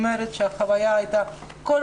ככל